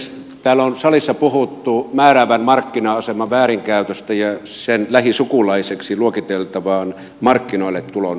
täällä on salissa puhuttu määräävän markkina aseman väärinkäytöstä ja sen lähisukulaiseksi luokiteltavasta markkinoille tulon estämisestä